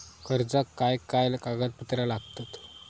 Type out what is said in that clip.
कर्जाक काय काय कागदपत्रा लागतत?